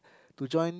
to join